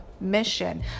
mission